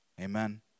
Amen